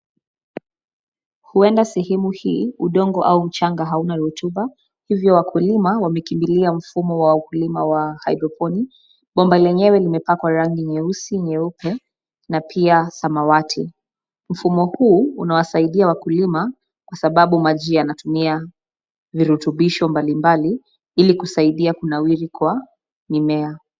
Huenda sehemu hii udongo au mchanga hauna rotuba , hivyo wakulima wamekimbilia mfumo wa ukulima wa haidroponi . Bomba lenyewe limepakwa rangi nyeusi, nyeupe na pia samawati. Mfumo huu unawasaidia wakulima kwa sababu maji yanatumia virutubisho mbali mbali ili kusaidia kunawiri kwa mimea.